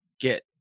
get